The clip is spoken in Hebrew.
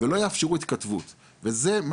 ולא יאפשרו התכתבות וזה מה